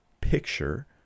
picture